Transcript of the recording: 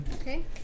Okay